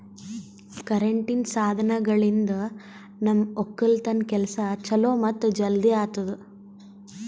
ಕರೆಂಟಿನ್ ಸಾಧನಗಳಿಂದ್ ನಮ್ ಒಕ್ಕಲತನ್ ಕೆಲಸಾ ಛಲೋ ಮತ್ತ ಜಲ್ದಿ ಆತುದಾ